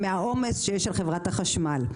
מהעומס שיש על חברת החשמל.